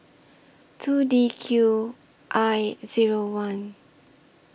two D Q I Zero one